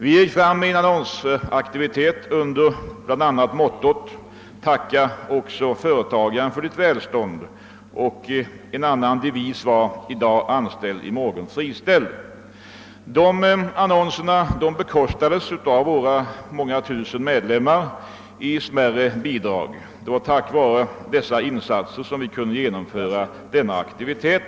Vi gick fram med en annonskampanj under bl.a. mottot »Tacka också företagaren för ditt välstånd». En annan devis var »I dag anställd, i morgon friställd». Dessa annonser bekostades av våra många tusen medlemmar genom smärre bidrag. Tack vare dessa insatser kunde vi genomföra denna aktivitet.